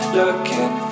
looking